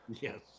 Yes